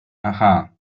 aha